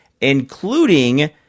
including